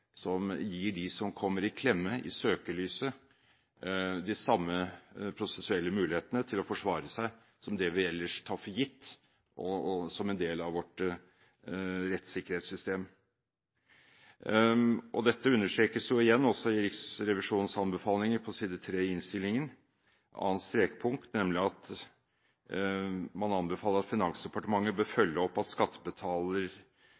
som gir dem som kommer i klemme – i søkelyset – de samme prosessuelle mulighetene til å forsvare seg som det vi ellers tar for gitt som en del av vårt rettssikkerhetssystem. Dette understrekes igjen i Riksrevisjonens anbefalinger på side 3 i innstillingen, annet strekpunkt, nemlig at man anbefaler at «Finansdepartementet bør